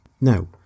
Now